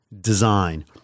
design